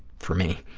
for me,